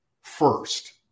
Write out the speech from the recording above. first